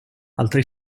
altri